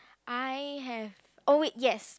I have oh wait yes